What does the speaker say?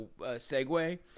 segue